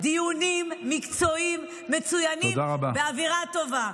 דיונים מקצועיים מצוינים באווירה טובה.